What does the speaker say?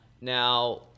now